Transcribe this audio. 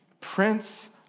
prince